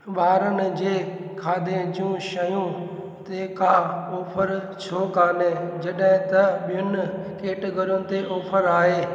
ॿारनि जे खाधे जूं शयूं ते का ऑफर छो कोन्हे जॾहिं त ॿियुनि कैटेगरियुनि ते ऑफर आहे